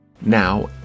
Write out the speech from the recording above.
Now